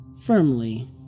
firmly